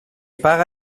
paga